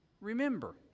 remember